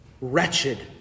wretched